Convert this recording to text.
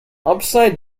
upside